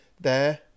There